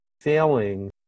failing